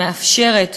היא מאפשרת